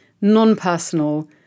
non-personal